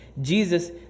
Jesus